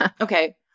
Okay